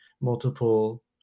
multiple